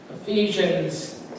Ephesians